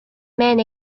men